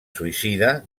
suïcida